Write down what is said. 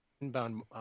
inbound